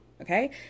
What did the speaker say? okay